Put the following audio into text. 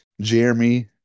Jeremy